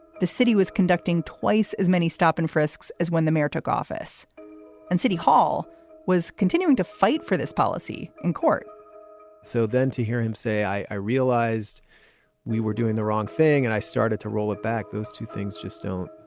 the city was conducting twice as many stop and frisks as when the mayor took office and city hall was continuing to fight for this policy in court so then to hear him say, i realized we were doing the wrong thing and i started to roll it back those two things just don't.